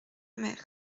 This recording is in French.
mer